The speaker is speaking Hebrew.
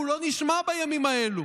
הוא לא נשמע בימים האלו.